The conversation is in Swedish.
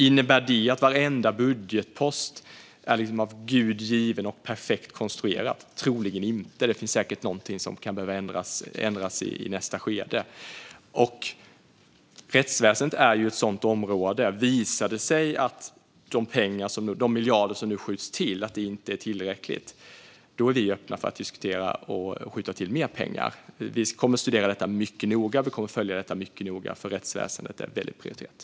Innebär det att varenda budgetpost är av Gud given och perfekt konstruerad? Troligen inte. Det finns säkert någonting som kan behöva ändras i nästa skede. Rättsväsendet är ett sådant område. Visar det sig att de miljarder som nu skjuts till inte är tillräckliga är vi öppna för att diskutera och skjuta till mer pengar. Vi kommer att studera och följa detta mycket noga, för rättsväsendet är väldigt prioriterat.